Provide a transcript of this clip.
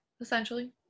essentially